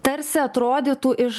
tarsi atrodytų iš